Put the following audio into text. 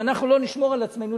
אם אנחנו לא נשמור על עצמנו,